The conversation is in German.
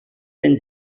wenn